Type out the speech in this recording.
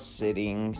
sitting